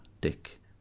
Dick